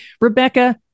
Rebecca